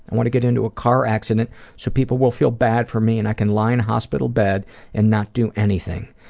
want to get into a car accident so people will feel bad for me and i can lie in a hospital bed and not do anything.